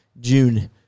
June